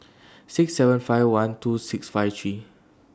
six seven five one two six five three